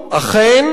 אכן,